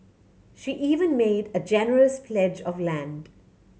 she even made a generous pledge of land